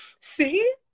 see